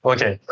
Okay